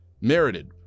merited